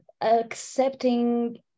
accepting